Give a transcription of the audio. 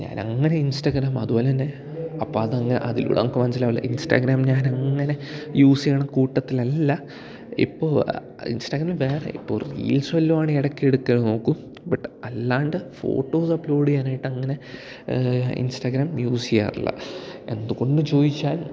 ഞാനങ്ങനെ ഇൻസ്റ്റാഗ്രാം അതുപോലെ തന്നെ അപ്പം അതങ്ങ് അതിലൂടെ നമുക്ക് മനസ്സിലാകില്ല ഇൻസ്റ്റാഗ്രാം ഞാനങ്ങനെ യൂസ് ചെയ്യുന്ന കൂട്ടത്തിലല്ല ഇപ്പോൾ ഇൻസ്റ്റാഗ്രാം വേറെ ഇപ്പോൾ റീൽസ് വല്ലതുമാണേ ഇടക്ക് എടുക്കാൻ നോക്കും ബട്ട് അല്ലാണ്ട് ഫോട്ടോസ് അപ്ലോഡ് ചെയ്യാനായിട്ട് അങ്ങനെ ഇൻസ്റ്റാഗ്രാം യൂസ് ചെയ്യാറില്ല എന്തു കൊണ്ട് ചോദിച്ചാൽ